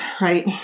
right